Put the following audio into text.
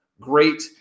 great